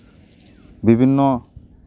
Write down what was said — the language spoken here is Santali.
ᱵᱤᱵᱷᱤᱱᱱᱚ